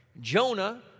Jonah